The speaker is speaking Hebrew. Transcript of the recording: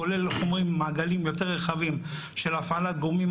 כולל מעגלים יותר רחבים של הפעלת גורמים,